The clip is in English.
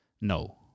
No